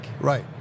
Right